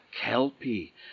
kelpie